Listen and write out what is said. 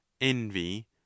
envy